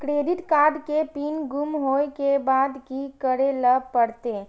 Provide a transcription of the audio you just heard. Credit card के PIN गुम होय के बाद की करै ल परतै?